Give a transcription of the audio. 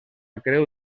creu